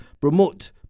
promote